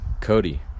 Cody